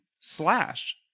slash